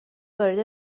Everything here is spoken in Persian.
وارد